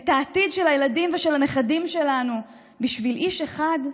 את העתיד של הילדים ושל הנכדים שלנו בשביל איש אחד?